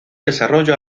desarrollo